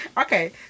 Okay